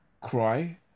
cry